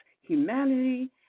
humanity